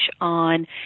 on